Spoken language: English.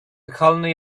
colony